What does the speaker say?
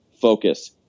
focus